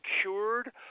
cured